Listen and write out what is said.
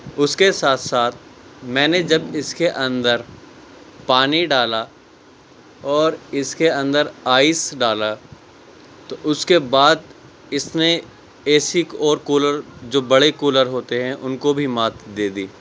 اس کے ساتھ ساتھ میں نے جب اس کے اندر پانی ڈالا اور اس کے اندر آئس ڈالا تو اس کے بعد اس نے اے سی اور کولر جو بڑے کولر ہوتے ہیں ان کو بھی مات دے دی